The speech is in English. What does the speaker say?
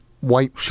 white